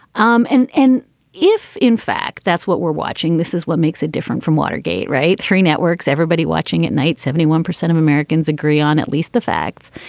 um and and if, in fact, that's what we're watching, this is what makes it different from watergate right. three networks, everybody watching at night, seventy one percent of americans agree on at least the facts.